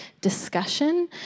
discussion